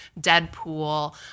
Deadpool